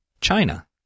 China